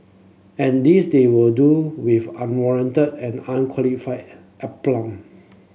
and this they will do with unwarranted and unqualified aplomb